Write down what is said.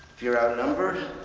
if you're outnumbered,